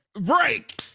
break